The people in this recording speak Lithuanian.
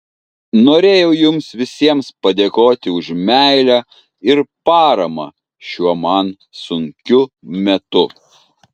norėjau jums visiems padėkoti už meilę ir paramą šiuo man sunkiu metu